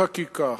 בחקיקה.